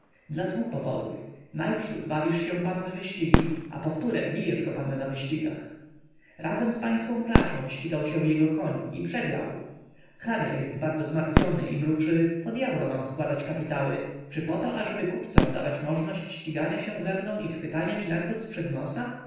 dla dwu powodów najprzód bawisz się pan w wyścigi a powtóre bijesz go pan na wyścigach razem z pańską klaczą ścigał się jego koń i przegrał hrabia jest bardzo zmartwiony i mruczy po dyabła mam składać kapitały czy poto ażeby kupcom dawać możność ścigania się ze mną i chwytania mi nagród zprzed nosa